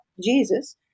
Jesus